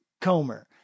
Comer